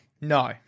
No